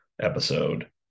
episode